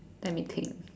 let me think